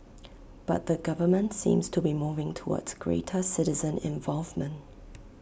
but the government seems to be moving towards greater citizen involvement